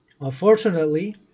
Unfortunately